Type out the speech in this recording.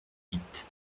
huit